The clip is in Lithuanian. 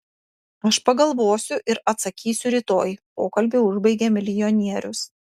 aš pagalvosiu ir atsakysiu rytoj pokalbį užbaigė milijonierius